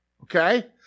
Okay